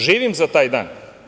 Živim za taj dan.